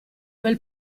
bel